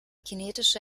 kinetische